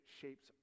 shapes